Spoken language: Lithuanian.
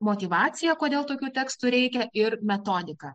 motyvaciją kodėl tokių tekstų reikia ir metodiką